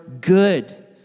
good